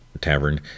tavern